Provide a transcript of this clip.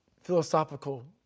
philosophical